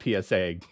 PSA